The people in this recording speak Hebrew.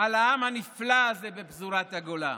על העם הנפלא הזה בפזורה, בגולה,